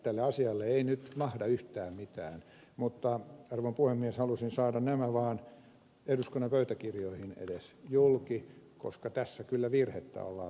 tälle asialle ei nyt mahda yhtään mitään mutta arvon puhemies halusin saada nämä vaan eduskunnan pöytäkirjoihin edes julki koska tässä kyllä virhettä ollaan tekemässä